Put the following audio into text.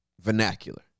vernacular